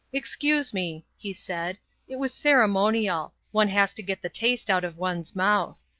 excuse me, he said it was ceremonial. one has to get the taste out of one's mouth.